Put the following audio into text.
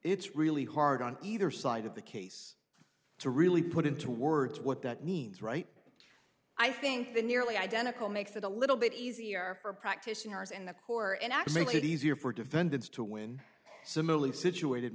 it's really hard on either side of the case to really put into words what that means right i think the nearly identical makes it a little bit easier for practitioners and the poor in x makes it easier for defendants to win similarly situated